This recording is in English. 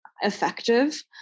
effective